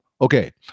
Okay